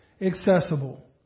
accessible